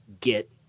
get